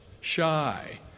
shy